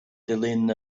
dilyn